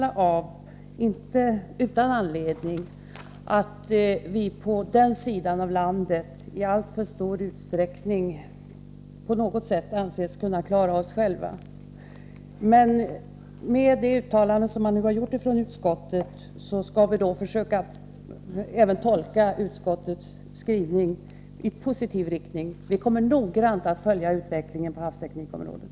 Vi har inte utan anledning en känsla av att vi i de delarna av landet i alltför stor utsträckning på något sätt anses kunna klara oss själva. Efter det uttalande som utskottets talesman nu gjorde skall vi försöka tolka utskottets skrivning i positiv riktning. Vi kommer att noggrant följa utvecklingen på havsteknikområdet.